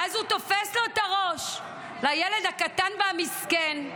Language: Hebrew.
ואז הוא תופס לו את הראש לילד הקטן והמסכן,